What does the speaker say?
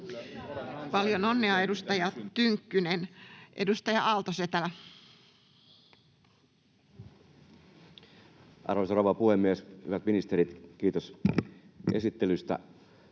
Paljon onnea, edustaja Tynkkynen! — Edustaja Aalto-Setälä. Arvoisa rouva puhemies! Hyvät ministerit, kiitos esittelystä.